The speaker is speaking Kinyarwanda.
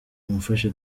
mumfashe